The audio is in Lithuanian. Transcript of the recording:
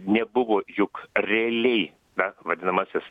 nebuvo juk realiai mes vadinamasis